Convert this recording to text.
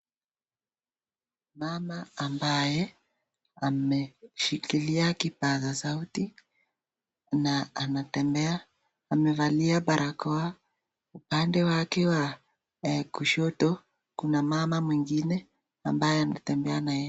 Mama ambaye ameshikilia kipaza sauti na anatembea amevalia barakoa. Upande wake wa kushoto kuna mama mwingine ambaye anatembea na yeye.